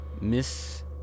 Miss